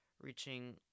reaching